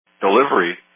delivery